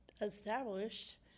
established